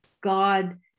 God